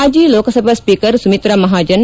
ಮಾಜಿ ಲೋಕಸಭಾ ಸ್ವೀಕರ್ ಸುಮಿತ್ತು ಮಹಾಜನ್